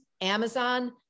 Amazon